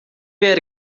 were